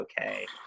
okay